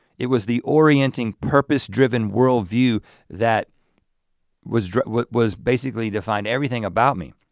it was the orienting purpose-driven worldview that was what was basically defined everything about me.